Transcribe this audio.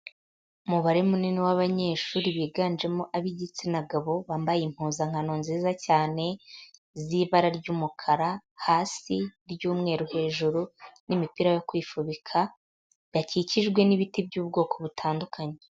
Umubare munini w'abanyeshuri biganjemo ab'igitsina gabo, bambaye impuzankano nziza cyane, z'ibara ry'umukara hasi, iry'umweru hejuru, n'imipira yo kwifubika, bakikijwe n'ibiti by'ubwoko butandukanye.